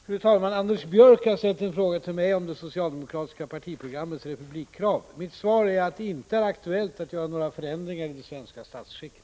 Fru talman! Anders Björck har ställt en fråga till mig om det socialdemokratiska partiprogrammets republikkrav. Mitt svar är att det inte är aktuellt att göra några förändringar i det svenska statsskicket.